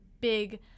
big